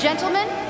Gentlemen